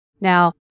Now